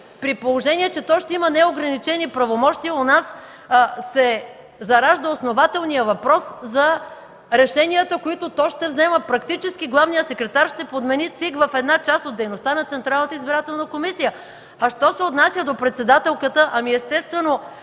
При положение, че то ще има неограничени правомощия у нас се заражда основателният въпрос за решенията, които то ще взема. Практически главният секретар ще подмени ЦИК в една част от дейността на Централната избирателна комисия. Що се отнася до председателката – ами, естествено,